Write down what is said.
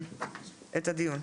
את הדיון.